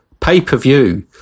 pay-per-view